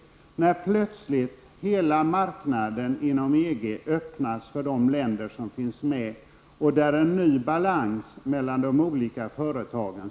Då öppnas plötsligt hela marknaden inom EG för de länder som är medlemmar, och det skapar en ny balans mellan de olika företagen.